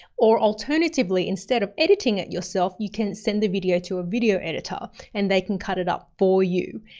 or alternatively, instead of editing it yourself, you can send the video to a video editor and they can cut it up for you.